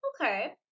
Okay